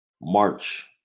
March